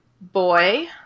boy